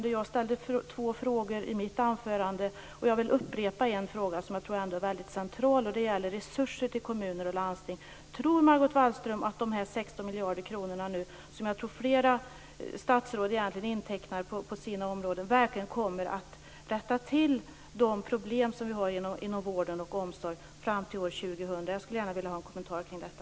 Själv ställde jag två frågor i mitt inlägg. En av mina frågor vill jag upprepa eftersom jag tror att den är central. Det gäller resurser till kommuner och landsting. Min fråga är således: Tror Margot Wallström att de 16 miljarder kronorna - jag tror att det egentligen är flera statsråd som intecknar dem på sina områden - verkligen kommer att göra att man fram till år 2000 kan komma till rätta med de problem som finns inom vården och omsorgen? Jag skulle gärna vilja ha en kommentar om detta.